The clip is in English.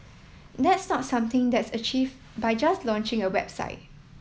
that's not something that's achieve by just launching a website